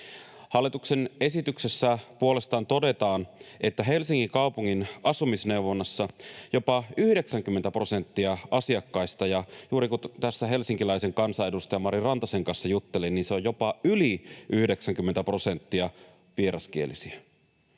Hallituksen esityksessä puolestaan todetaan, että Helsingin kaupungin asumisneuvonnassa jopa 90 prosenttia asiakkaista — ja juuri kun tässä helsinkiläisen kansanedustajan Mari Rantasen kanssa juttelin, niin se on jopa yli 90 prosenttia — on vieraskielisiä.